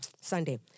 Sunday